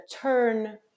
turn